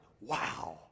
Wow